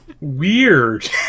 Weird